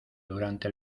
durante